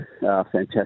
fantastic